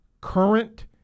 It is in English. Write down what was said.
current